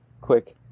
quick